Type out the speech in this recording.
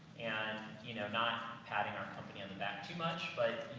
and you know, not patting our company on the back too much, but